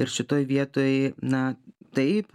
ir šitoj vietoj na taip